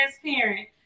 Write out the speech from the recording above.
transparent